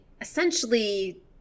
essentially